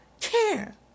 care